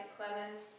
Clemens